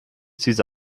diese